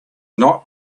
not